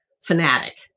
fanatic